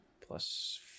plus